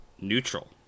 neutral